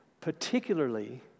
particularly